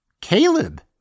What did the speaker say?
Caleb